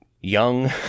Young